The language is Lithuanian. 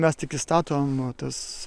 mes tik įstatom e tas